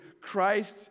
Christ